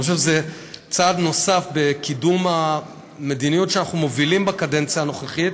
אני חושב שזה צעד נוסף בקידום המדיניות שאנחנו מובילים בקדנציה הנוכחית.